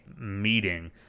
meeting